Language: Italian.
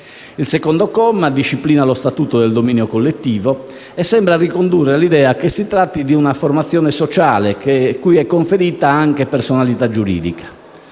Il secondo comma disciplina lo statuto del dominio collettivo e sembra ricondurre all'idea che si tratti di una formazione sociale cui è conferita anche personalità giuridica.